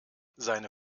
seine